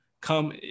come